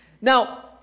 now